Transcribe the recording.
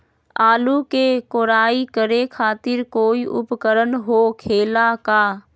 आलू के कोराई करे खातिर कोई उपकरण हो खेला का?